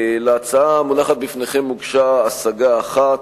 להצעה המונחת בפניכם הוגשה השגה אחת.